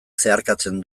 zeharkatzen